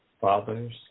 fathers